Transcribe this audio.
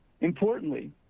Importantly